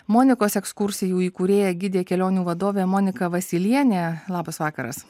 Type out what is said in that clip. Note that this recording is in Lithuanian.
monikos ekskursijų įkūrėja gidė kelionių vadovė monika vasylienė labas vakaras